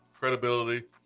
credibility